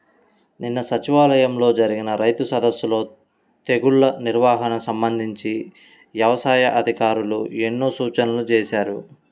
నిన్న సచివాలయంలో జరిగిన రైతు సదస్సులో తెగుల్ల నిర్వహణకు సంబంధించి యవసాయ అధికారులు ఎన్నో సూచనలు చేశారు